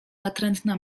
natrętna